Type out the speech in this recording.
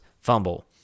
fumble